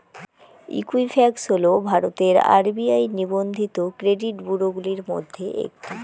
Equifax হল ভারতের RBI নিবন্ধিত ক্রেডিট ব্যুরোগুলির মধ্যে একটি